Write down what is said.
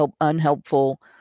unhelpful